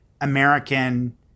American